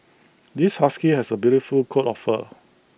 this husky has A beautiful coat of fur